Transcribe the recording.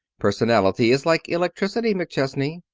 personality is like electricity, mcchesney.